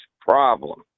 problem